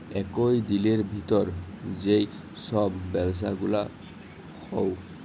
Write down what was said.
একই দিলের ভিতর যেই সব ব্যবসা গুলা হউ